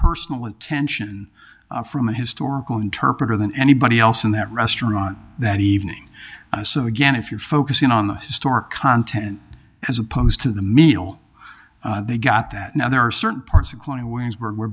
personal attention from a historical interpreter than anybody else in that restaurant that evening so again if you're focusing on the historic content as opposed to the meal they got that now there are certain parts of